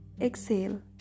exhale